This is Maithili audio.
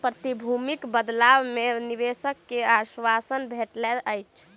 प्रतिभूतिक बदला मे निवेशक के आश्वासन भेटैत अछि